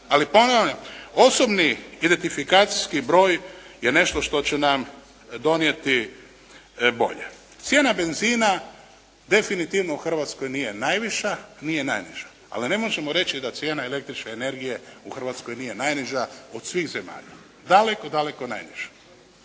Ali ponavljam osobni identifikacijski broj je nešto što će nam donijeti bolje. Cijena benzina definitivno u Hrvatskoj nije najviša, nije najniža. Ali ne možemo reći da cijena električne energije u Hrvatskoj nije najniža od svih zemalja. Daleko, daleko najniža.